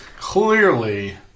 Clearly